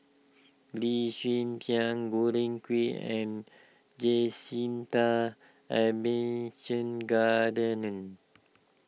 Lee Hsien Tian George Quek and Jacintha Abisheganaden